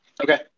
Okay